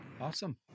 Awesome